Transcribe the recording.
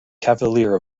cavalier